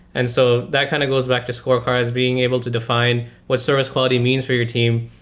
and so that kind of goes back to scorecards, being able to define what service quality means for your team.